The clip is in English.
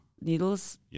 needles